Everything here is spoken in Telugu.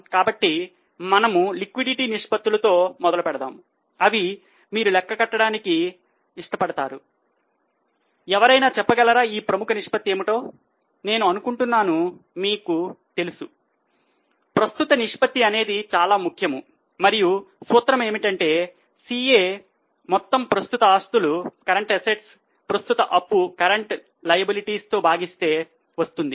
కాబట్టి మనము ద్రవ్యత లతో భాగిస్తే వచ్చేది